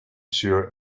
sure